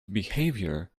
behavior